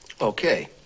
Okay